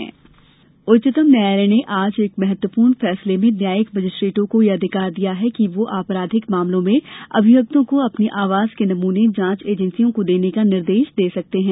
उच्चतम न्यायालय उच्चतम न्यायालय ने आज एक महत्वपूर्ण फैसले में न्यायिक मजिस्ट्रेटों को यह अधिकार दिया कि वह आपराधिक मामलों में अभियुक्तों को अपनी आवाज के नमूने जांच एजेंसियों को देने का निर्देश दे सकते हैं